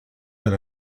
been